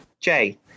Jay